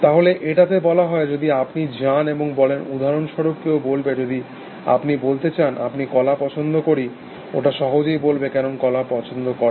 তাহলে এটাতে বলা হয় যদি আপনি যান এবং বলেন উদাহরণস্বরুপ কেউ বলবে যদি আপনি বলতে চান আমি কলা পছন্দ করি ওটা সহজেই বলবে কেন কলা পছন্দ করেন